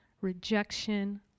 rejection